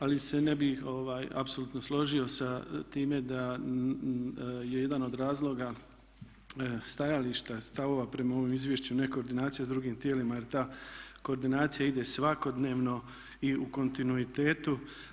Ali se ne bih apsolutno složio sa time da je jedan od razloga stajališta ili stavova prema ovom izvješću nekoordinacija s drugim tijelima jer ta koordinacija ide svakodnevno i u kontinuitetu.